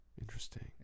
Interesting